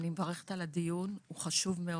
אני מברכת על הדיון, הוא חשוב מאוד.